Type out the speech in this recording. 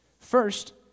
First